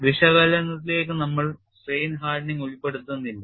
വിശകലനത്തിലേക്ക് നമ്മൾ strain hardening ഉൾപെടുത്തുന്നില്ല